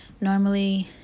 normally